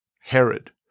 Herod